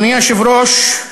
אדוני היושב-ראש,